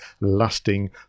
lasting